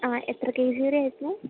ആ എത്ര K G വരെ ആയിരുന്നു